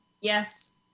yes